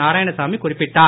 நாராயணசாமி குறிப்பிட்டார்